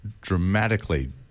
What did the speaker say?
dramatically